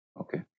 Okay